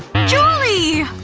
julie!